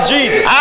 Jesus